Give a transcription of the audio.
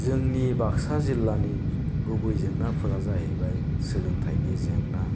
जोंनि बागसा जिललानि गुबै जेंनाफोरा जाहैबाय सोलोंथाइनि जेंना